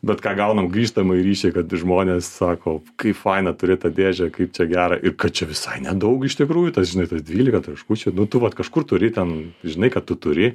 bet ką gaunam grįžtamąjį ryšį kad žmonės sako kai faina turi tą dėžę kaip čia gera ir kad čia visai nedaug iš tikrųjų tas žinai tas dvylika traškučių nu tu vat kažkur turi ten žinai kad tu turi